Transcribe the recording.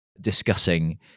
discussing